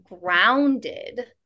grounded